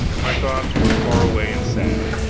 my thoughts were far away, and sad.